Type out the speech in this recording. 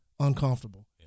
Uncomfortable